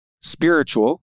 spiritual